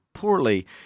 Poorly